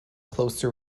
closer